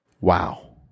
Wow